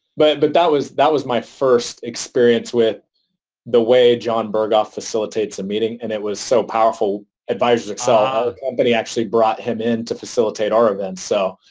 but but that was that was my first experience with the way jon berghoff facilitates a meeting and it was so powerful. advisors excel, our company actually brought him in to facilitate our event. so,